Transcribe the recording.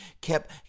kept